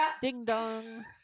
ding-dong